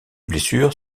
blessures